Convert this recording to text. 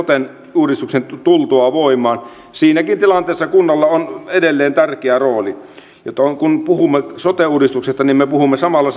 uudistuksen tultua voimaan siinäkin tilanteessa kunnalla on edelleen tärkeä rooli kun puhumme sote uudistuksesta niin me puhumme samalla